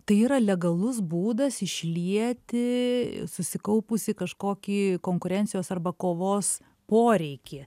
tai yra legalus būdas išlieti susikaupusį kažkokį konkurencijos arba kovos poreikį